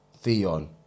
Theon